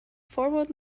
forward